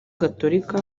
gatorika